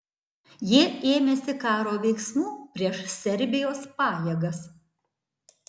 jie ėmėsi karo veiksmų prieš serbijos pajėgas